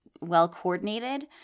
well-coordinated